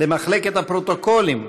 למחלקת הפרוטוקולים,